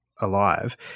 Alive